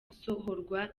gusohorwa